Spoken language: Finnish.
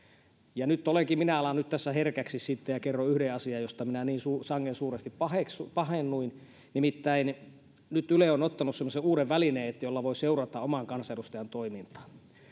ja minä alan tässä herkäksi sitten ja kerron yhden asian josta minä niin sangen suuresti pahennuin pahennuin nimittäin nyt yle on ottanut semmoisen uuden välineen jolla voi seurata oman kansanedustajan toimintaa